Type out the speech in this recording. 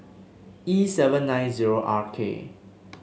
E seven nine zero R K